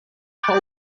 pole